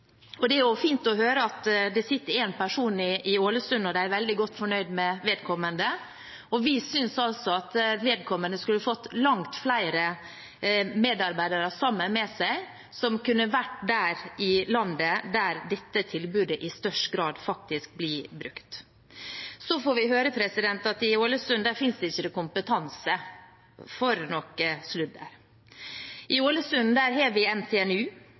er. Det er fint å høre at det sitter én person i Ålesund, og at de er veldig godt fornøyd med vedkommende. Vi synes altså at vedkommende skulle fått langt flere medarbeidere sammen med seg, som kunne vært der i landet hvor dette tilbudet i størst grad faktisk blir brukt. Så får vi høre at i Ålesund finnes det ikke kompetanse. For noe sludder! I Ålesund har vi NTNU, der har vi